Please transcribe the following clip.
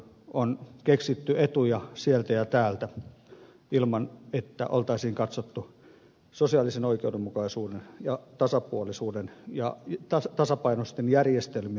on keksitty etuja sieltä ja täältä ilman että olisi katsottu sosiaalisen oikeudenmukaisuuden ja tasapuolisuuden ja tasapainoisten järjestelmien perään